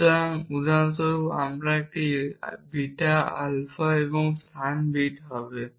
সুতরাং উদাহরণস্বরূপ একটি আলফা বিটা আলফা এবং স্থান বিট হবে